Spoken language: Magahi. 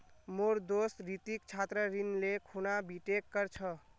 मोर दोस्त रितिक छात्र ऋण ले खूना बीटेक कर छ